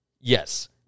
yes